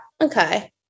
okay